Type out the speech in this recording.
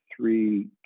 three